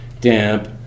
damp